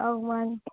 ꯑꯧ ꯃꯥꯅꯤ